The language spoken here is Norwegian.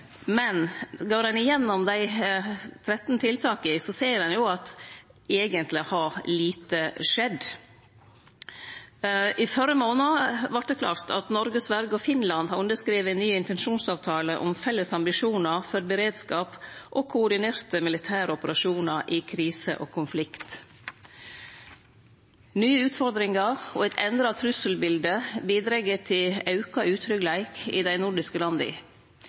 Men går ein igjennom dei 13 tiltaka, ser ein at eigentleg har lite skjedd. I førre månad vart det klart at Noreg, Sverige og Finland har underskrive ein ny intensjonsavtale om felles ambisjonar for beredskap og koordinerte militære operasjonar i krise og konflikt. Nye utfordringar og eit endra trusselbilete bidreg til auka utryggleik i dei nordiske landa,